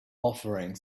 offering